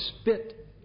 spit